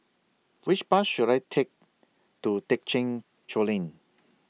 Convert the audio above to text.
Which Bus should I Take to Thekchen Choling